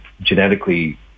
genetically